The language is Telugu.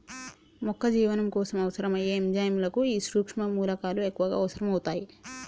మొక్క జీవనం కోసం అవసరం అయ్యే ఎంజైముల కు ఈ సుక్ష్మ మూలకాలు ఎక్కువగా అవసరం అవుతాయి